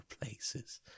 places